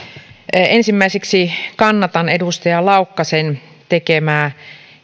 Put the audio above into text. ensimmäiseksi kannatan edustaja laukkasen tekemää